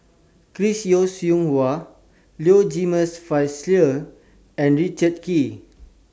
Chris Yeo Siew Hua Low Jimenez Felicia and Richard Kee